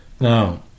Now